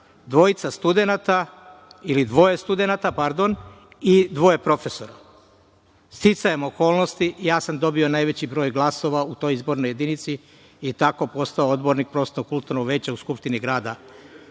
dvoje studenata i dvoje profesora. Sticajem okolnosti, ja sam dobio najveći broj glasova u toj izbornoj jedinici i tako postao odbornik Prosvetno-kulturnog veća u Skupštini grada